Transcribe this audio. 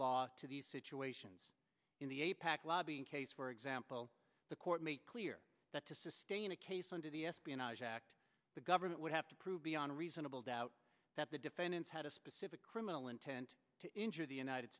law to these situations in the apac lobbying case for example the court made clear that to sustain a case under the espionage act the government would have to prove beyond a reasonable doubt that the defendants had a specific criminal intent to injure the united